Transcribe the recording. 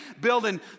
building